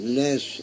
less